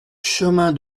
chemin